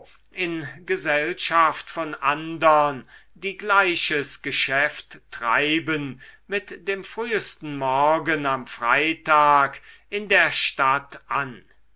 in gesellschaft von andern die gleiches geschäft treiben mit dem frühesten morgen am freitag in der stadt an